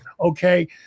Okay